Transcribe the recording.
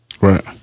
Right